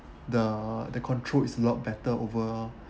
the the control is a lot better over